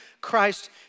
Christ